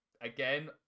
Again